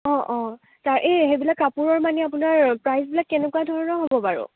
অ অ এই সেইবিলাক কাপোৰৰ মানে আপোনাৰ প্ৰাইছবিলাক কেনেকুৱা ধৰণৰ হ'ব বাৰু